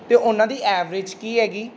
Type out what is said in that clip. ਅਤੇ ਉਹਨਾਂ ਦੀ ਐਵਰੇਜ ਕੀ ਹੈਗੀ